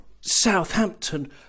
Southampton